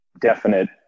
definite